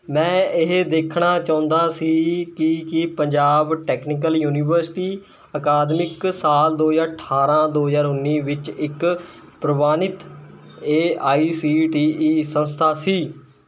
ਮੈਂ ਇਹ ਦੇਖਣਾ ਚਾਹੁੰਦਾ ਸੀ ਕਿ ਕੀ ਪੰਜਾਬ ਟੈਕਨੀਕਲ ਯੂਨੀਵਰਸਟੀ ਅਕਾਦਮਿਕ ਸਾਲ ਦੋ ਹਜ਼ਾਰ ਅਠਾਰ੍ਹਾਂ ਦੋ ਹਜ਼ਾਰ ਉੱਨੀ ਵਿੱਚ ਇੱਕ ਪ੍ਰਵਾਨਿਤ A I C T E ਸੰਸਥਾ ਸੀ